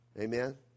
Amen